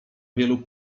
wielu